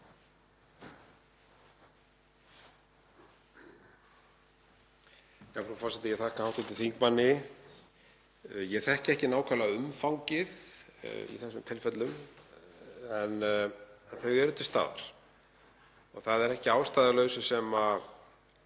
Ég þekki ekki nákvæmlega umfangið í þessum tilfellum en þau eru til staðar. Það er ekki að ástæðulausu sem